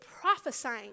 prophesying